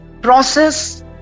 process